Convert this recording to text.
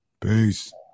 Peace